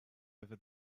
over